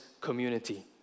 community